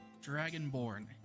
Dragonborn